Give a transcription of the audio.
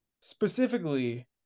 specifically